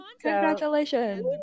Congratulations